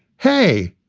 hey,